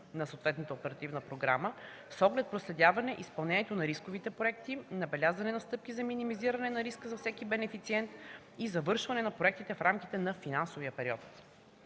на съответната оперативна програма, с оглед проследяване изпълнението на рисковите проекти, набелязване на стъпки за минимизиране на риска за всеки бенефициент и завършване на проектите в рамките на финансовия период.